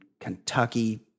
Kentucky